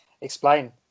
Explain